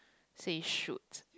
says should